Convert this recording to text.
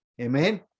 Amen